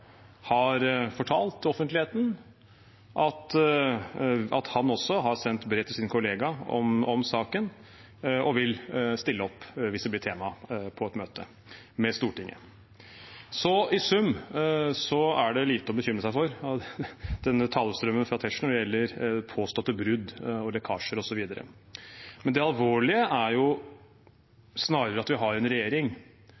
har sendt brev til sin kollega om saken, og vil stille opp hvis det blir tema på et møte med Stortinget. Så i sum er det lite å bekymre seg for i denne talestrømmen fra Tetzschner når det gjelder påståtte brudd, lekkasjer osv. Men det alvorlige er